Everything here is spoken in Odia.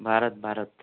ଭାରତ ଭାରତ